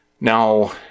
now